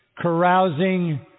carousing